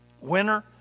winner